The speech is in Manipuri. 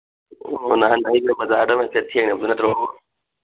ꯑꯣ ꯅꯍꯥꯟ ꯑꯩꯅ ꯕꯖꯥꯔꯗ ꯍꯥꯏꯐꯦꯠ ꯊꯦꯡꯅꯕꯗꯨ ꯅꯠꯇ꯭ꯔꯣ